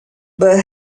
but